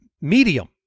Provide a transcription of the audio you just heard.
medium